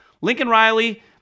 Lincoln-Riley